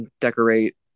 decorate